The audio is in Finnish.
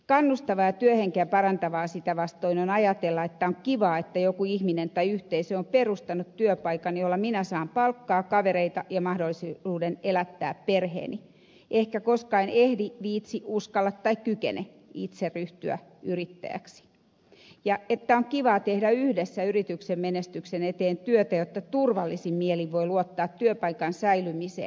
kannustavaa ja työhenkeä parantavaa sitä vastoin on ajatella että on kivaa että joku ihminen tai yhteisö on perustanut työpaikan jolla minä saan palkkaa kavereita ja mahdollisuuden elättää perheeni ehkä koska en ehdi viitsi uskalla tai voi itse ryhtyä yrittäjäksi ja että on kivaa tehdä yhdessä yrityksen menestyksen eteen työtä jotta turvallisin mielin voi luottaa työpaikan säilymiseen